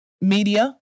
media